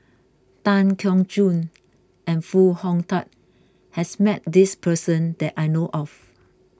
Tan Keong Choon and Foo Hong Tatt has met this person that I know of